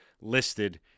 listed